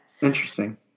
Interesting